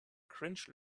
cringe